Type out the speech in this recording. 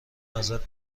ازت